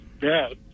dead